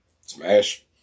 Smash